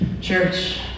Church